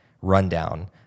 rundown